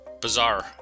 bizarre